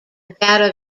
data